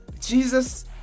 Jesus